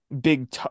big